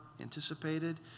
anticipated